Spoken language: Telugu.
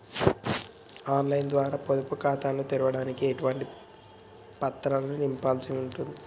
ఆన్ లైన్ ద్వారా పొదుపు ఖాతాను తెరవడానికి ఎటువంటి పత్రాలను నింపాల్సి ఉంటది?